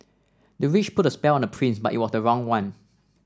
the witch put a spell on the prince but it was the wrong one